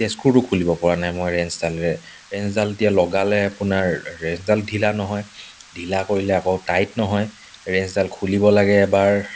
সেই স্ক্ৰুটো খুলিব পৰা নাই মই ৰেঞ্চডালেৰে ৰেঞ্চডাল এতিয়া লগালে আপোনাৰ ৰেঞ্চডাল ঢিলা নহয় ঢিলা কৰিলে আকৌ টাইট নহয় ৰেঞ্চডাল খুলিব লাগে এবাৰ